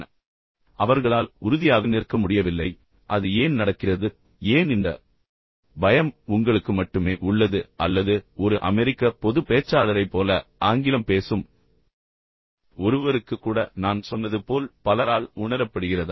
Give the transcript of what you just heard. எனவே அவர்களால் உறுதியாக நிற்க முடியவில்லை இப்போது அது ஏன் நடக்கிறது பின்னர் ஏன் இந்த பயம் உங்களுக்கு மட்டுமே உள்ளது அல்லது ஒரு அமெரிக்க பொதுப் பேச்சாளரைப் போல ஆங்கிலம் பேசும் ஒருவருக்கு கூட நான் சொன்னது போல் பலரால் உணரப்படுகிறதா